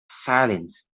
silence